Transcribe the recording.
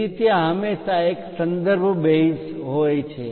તેથી ત્યાં હંમેશાં એક સંદર્ભ બેઝ સંદર્ભ આધાર હોય છે